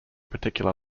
particular